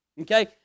Okay